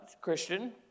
Christian